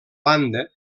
banda